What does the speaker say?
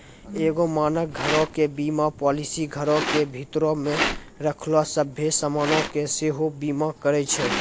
एगो मानक घरो के बीमा पालिसी घरो के भीतरो मे रखलो सभ्भे समानो के सेहो बीमा करै छै